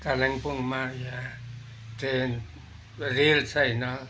कालिम्पोङमा यहाँ ट्रेन रेल छैन